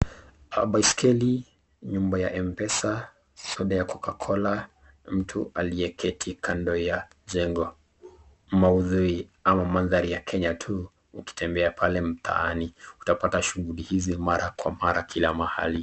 Baiskeli, nyumba ya M-pesa, soda ya Coca-Cola na mtu aliyeketi kando ya jengo. Maudhui ama mandhari ya Kenya tu ukitembea pale mtaani utapata shughuli hizi mara kwa mara kila mahali.